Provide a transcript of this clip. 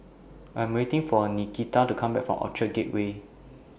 I Am waiting For Nikita to Come Back from Orchard Gateway